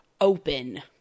open